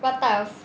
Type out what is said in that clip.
what type of